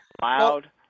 loud